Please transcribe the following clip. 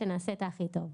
שנעשה את הכי טוב.